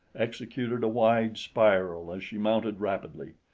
executed a wide spiral as she mounted rapidly,